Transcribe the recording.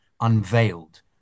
unveiled